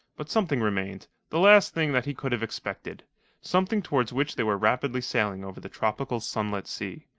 but something remained the last thing that he could have expected something towards which they were rapidly sailing over the tropical, sunlit sea.